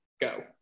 Go